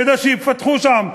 כדי שיפתחו שם,